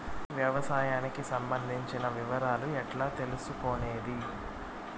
వ్యవసాయానికి సంబంధించిన వివరాలు ఎట్లా తెలుసుకొనేది?